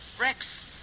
Rex